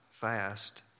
fast